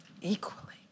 equally